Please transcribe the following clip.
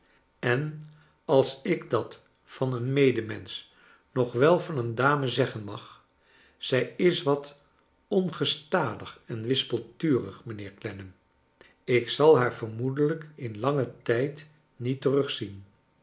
en als ik dat van een medemensch nog wel van een dame zeggen mag zij is wat ongestadig en wis pelt urig mijnheer clennam ik zal haar vermoedelijk in langen tijd niet terugzien